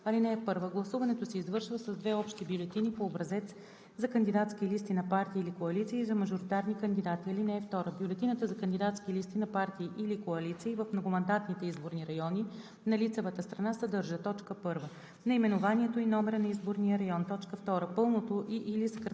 306и'. (1) Гласуването се извършва с две общи бюлетини по образец – за кандидатски листи на партии или коалиции и за мажоритарни кандидати. (2) Бюлетината за кандидатски листи на партии или коалиции в многомандатните изборни райони на лицевата страна съдържа: 1. наименованието и номера на изборния район; 2. пълното и/или съкратеното